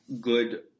good